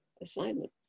assignment